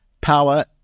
power